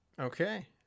Okay